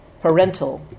parental